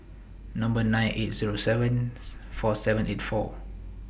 Number nine eight Zero seven four seven eight four